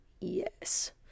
Yes